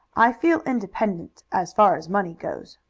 i feel independent as far as money goes.